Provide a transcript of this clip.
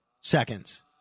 seconds